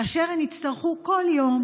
הן יצטרכו כל יום,